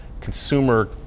consumer